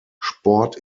sport